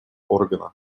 органа